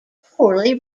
poorly